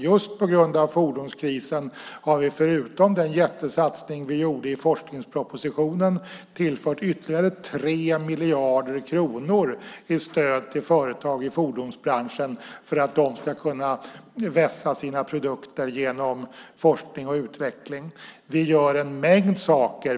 Just på grund av fordonskrisen har vi förutom den jättesatsning som vi gjorde i forskningspropositionen tillfört ytterligare 3 miljarder kronor i stöd till företag i fordonsbranschen för att de ska kunna vässa sina produkter genom forskning och utveckling. Vi gör en mängd saker.